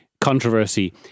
controversy